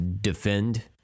defend